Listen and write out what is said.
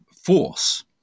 force